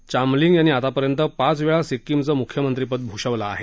चामलिंग यांनी आतापर्यंत पाचवेळा सिक्कीमचं मुख्यमंत्रीपद भूषवलं आहे